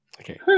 Okay